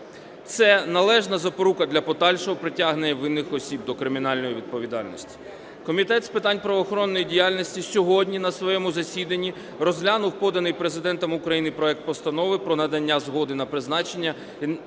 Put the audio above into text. Це належна запорука для подальшого притягнення винних осіб до кримінальної відповідальності. Комітет з питань правоохоронної діяльності сьогодні на своєму засіданні розглянув поданий Президентом України проект Постанови про надання згоди на призначення